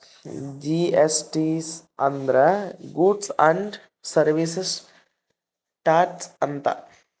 GST ಅಂದ್ರ goods and service tax ಅಂತ